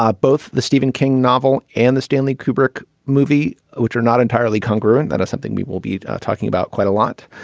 both the stephen king novel and the stanley kubrick movie which are not entirely congruent. that is something we will be talking about quite a lot.